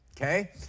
okay